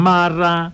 Mara